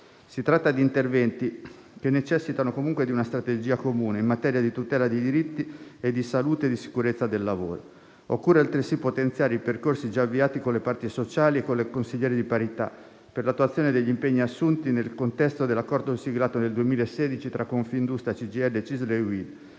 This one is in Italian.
Si tratta di interventi che necessitano comunque di una strategia comune in materia di tutela di diritti, di salute e di sicurezza del lavoro. Occorre altresì potenziare percorsi già avviati con le parti sociali e con il consigliere di parità per l'attuazione degli impegni assunti nel contesto dell'accordo siglato nel 2016 tra Confindustria, CGIL, CISL e UIL,